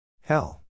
Hell